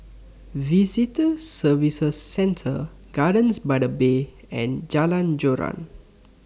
Visitor Services Center Gardens By The Bay and Jalan Joran